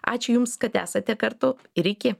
ačiū jums kad esate kartu ir iki